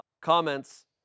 Comments